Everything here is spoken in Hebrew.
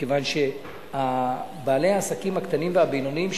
מכיוון שבעלי העסקים הקטנים והבינוניים,